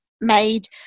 made